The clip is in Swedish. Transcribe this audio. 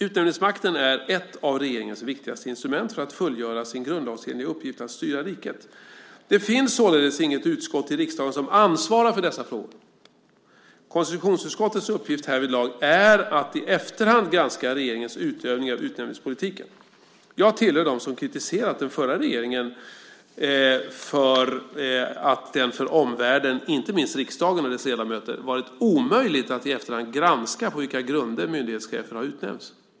Utnämningsmakten är ett av regeringens viktigaste instrument för att fullgöra sin grundlagsenliga uppgift att styra riket. Det finns således inget utskott i riksdagen som ansvarar för dessa frågor. Konstitutionsutskottets uppgift härvidlag är att i efterhand granska regeringens utövning av utnämningspolitiken. Jag hör till dem som kritiserat den förra regeringen för att det för omvärlden, inte minst för riksdagen och dess ledamöter, varit omöjligt att i efterhand granska på vilka grunder myndighetschefer har utnämnts.